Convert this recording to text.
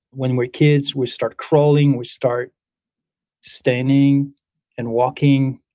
when we're kids, we start crawling, we start standing and walking.